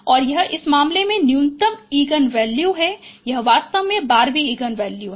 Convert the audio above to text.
और यह इस मामले में एक न्यूनतम इगन वैल्यू है यह वास्तव में 12 वीं इगन वैल्यू है